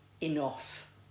enough